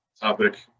topic